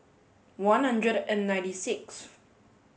one hundred and ninety six